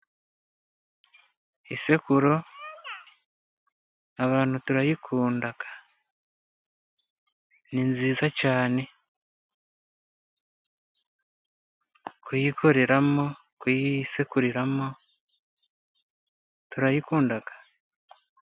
Isekuru abantu turayikunda. Ni nziza cyane, kuyikoreramo, kuyisekuriramo, turayikunda.